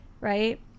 right